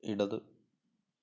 ഇടത്